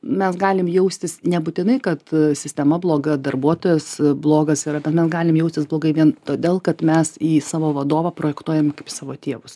mes galim jaustis nebūtinai kad sistema bloga darbuotojas blogas yra bet mes galim jaustis blogai vien todėl kad mes į savo vadovą projektuojam kaip savo tėvus